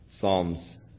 Psalms